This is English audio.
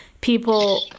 people